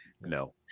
no